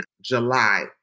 July